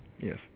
yes